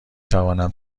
توانم